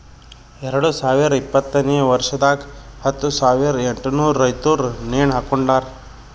ಎರಡು ಸಾವಿರ ಇಪ್ಪತ್ತನೆ ವರ್ಷದಾಗ್ ಹತ್ತು ಸಾವಿರ ಎಂಟನೂರು ರೈತುರ್ ನೇಣ ಹಾಕೊಂಡಾರ್